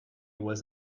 was